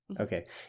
Okay